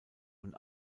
und